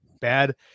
bad